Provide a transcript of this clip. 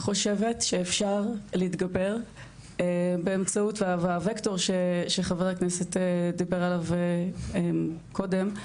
אני חושבת שאפשר להתגבר באמצעות הווקטור שחבר הכנסת דיבר עליו קודם.